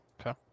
Okay